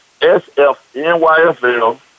SFNYFL